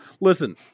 Listen